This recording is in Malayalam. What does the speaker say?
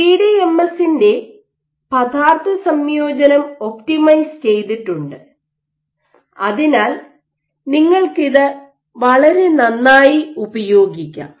പിഡിഎംഎസിന്റെ പദാർത്ഥസംയോജനം ഒപ്റ്റിമൈസ് ചെയ്തിട്ടുണ്ട് അതിനാൽ നിങ്ങൾക്കിത് വളരെ നന്നായി ഉപയോഗിക്കാം